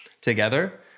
together